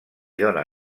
dóna